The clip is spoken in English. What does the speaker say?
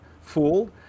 fooled